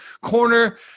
corner